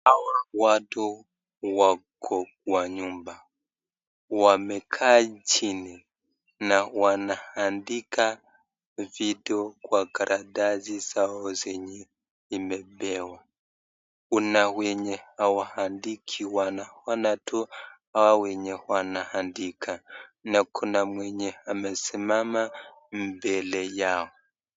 Hawa watu wako kwa nyumba wamekaa chini na wanaandika vitu kwa karatasi zao zenye zimepewa, Kuna wenye hawaandiki wanaona tu hawa wenye wanaandika na kuna mwenye anasimama mbele yao.